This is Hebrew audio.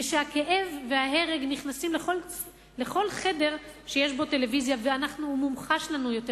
וכשהכאב וההרג נכנסים לכל חדר שיש בו טלוויזיה ומומחשים לנו יותר,